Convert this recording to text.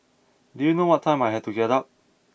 do you know what time I had to get up